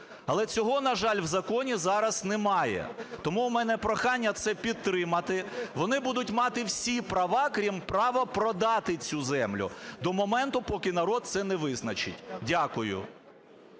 Але цього, на жаль, в законі зараз немає. Тому у мене прохання це підтримати. Вони будуть мати всі права, крім права продати цю землю до моменту, поки народ це не визначить. Дякую.